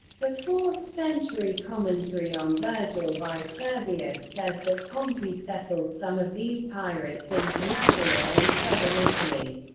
the fourth century commentary on vergil by servius says that pompey settled some of these pirates in calabria in southern italy.